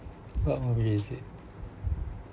what movies they said